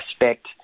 respect